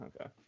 Okay